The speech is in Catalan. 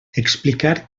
explicar